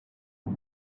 uno